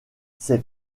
ses